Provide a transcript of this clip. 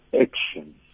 action